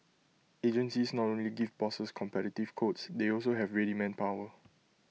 agencies not only give bosses competitive quotes they also have ready manpower